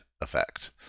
effect